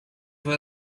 for